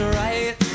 right